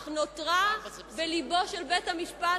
אך נותר בלבו של בית-המשפט